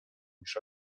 niż